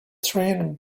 train